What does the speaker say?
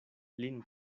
lin